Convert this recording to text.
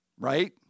Right